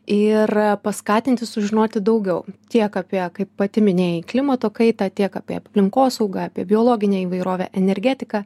ir paskatinti sužinoti daugiau tiek apie kaip pati minėjai klimato kaitą tiek apie aplinkosaugą apie biologinę įvairovę energetiką